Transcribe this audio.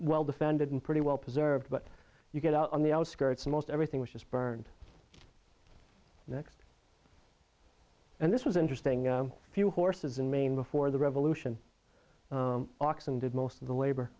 well defended and pretty well preserved but you get out on the outskirts most everything which is burned next and this was interesting a few horses in maine before the revolution oxen did most of the labor